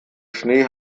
schnee